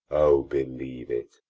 o, believe it,